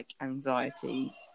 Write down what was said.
anxiety